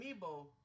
Amiibo